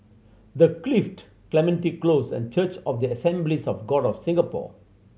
The Clift Clementi Close and Church of the Assemblies of God of Singapore